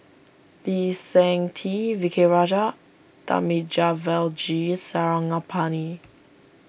Lee Seng Tee V K Rajah Thamizhavel G Sarangapani